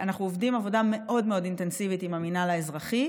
אנחנו עובדים עבודה מאוד מאוד אינטנסיבית עם המינהל האזרחי